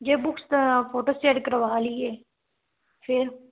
ਜੇ books photostat ਕਰਵਾ ਲਈਏ ਫਿਰ